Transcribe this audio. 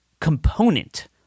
component